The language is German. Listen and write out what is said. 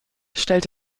stellt